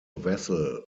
vessel